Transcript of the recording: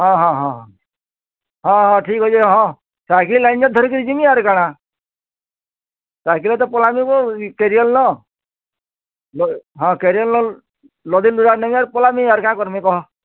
ହଁ ହଁ ହଁ ହଁ ହଁ ହଁ ଠିକ୍ ଅଛେ ହଁ ସାଇକେଲ୍ ଆନିଛେ ଧରିକିରି ଯିମି ଆର୍ କା'ଣା ସାଇକେଲ୍ରେ ତ ପଲାମି ବୋ ଇ କେରିଅର୍ ନ ହଁ କେରିଅର୍ ନ ଲଦିଲୁଦା ନେମି ଆର୍ ପଲାମି ଆର୍ କାଏଁ କର୍ମି କହ